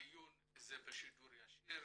הדיון הוא בשידור ישיר